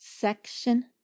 Section